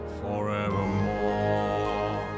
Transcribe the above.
forevermore